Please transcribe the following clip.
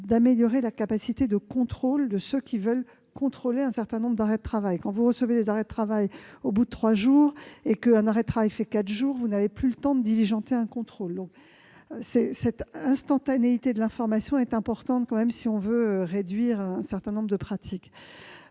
d'améliorer la capacité de contrôle de ceux qui veulent contrôler un certain nombre d'arrêts de travail. Quand vous recevez au bout de trois jours des arrêts de travail qui en font quatre, vous n'avez plus le temps de diligenter un contrôle. Cette instantanéité de l'information est donc importante si l'on veut réduire un certain nombre de pratiques.